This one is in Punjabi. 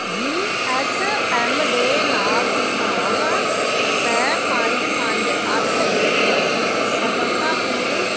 ਜੀ ਐੱਸ ਐੱਮ ਦੇ ਨਾਲ ਭੁਗਤਾਨ ਰੁਪਏ ਪੰਜ ਪੰਜ ਅੱਠ ਇੱਕ ਸਫਲਤਾਪੂਰ